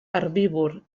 herbívor